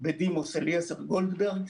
בדימוס אליעזר גולדברג.